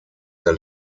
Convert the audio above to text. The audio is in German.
der